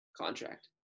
contract